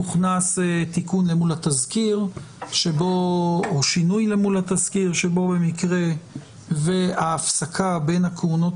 הוכנס תיקון או שינוי אל מול התזכיר שבו במקרה וההפסקה בין הכהונות